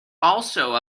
also